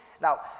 Now